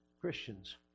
Christians